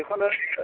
बेखौनो